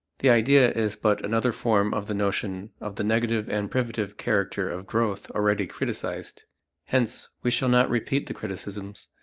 the idea is but another form of the notion of the negative and privative character of growth already criticized hence we shall not repeat the criticisms,